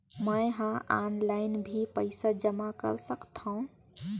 मैं ह ऑनलाइन भी पइसा जमा कर सकथौं?